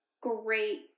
great